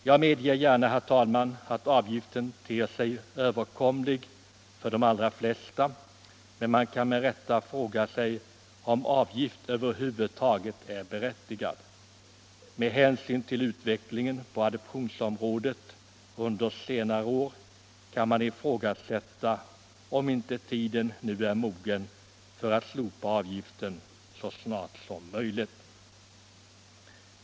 Jag medger, herr talman, gärna att avgiften ter sig överkomlig för de allra flesta, men man kan med rätta fråga sig om avgiften över huvud taget är berättigad. Med hänsyn till utvecklingen på adoptionsområdet under senare år kan man ifrågasätta om inte tiden nu är mogen för att slopa avgiften så snart som möjligt.